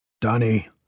Danny